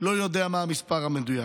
לא יודע מה המספר המדויק,